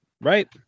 Right